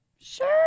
Sure